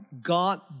God